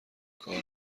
کار